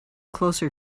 closer